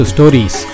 Stories